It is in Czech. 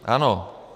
Ano.